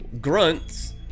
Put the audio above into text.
grunts